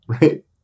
right